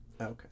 okay